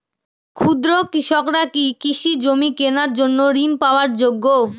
ক্ষুদ্র কৃষকরা কি কৃষি জমি কেনার জন্য ঋণ পাওয়ার যোগ্য?